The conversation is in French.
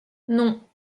non